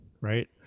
right